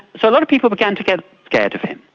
so a lot of people began to get scared of him.